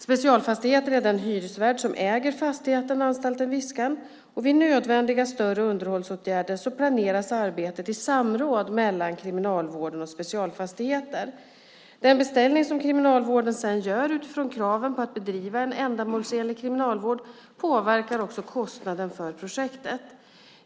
Specialfastigheter är den hyresvärd som äger fastigheten anstalten Viskan. Vid nödvändiga större underhållsåtgärder planeras arbetet i samråd mellan Kriminalvården och Specialfastigheter. Den beställning som Kriminalvården sedan gör utifrån kraven på att bedriva en ändamålsenlig kriminalvård påverkar också kostnaden för projektet.